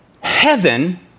heaven